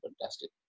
fantastic